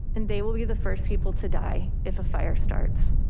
and they will be the first people to die. if a fire starts,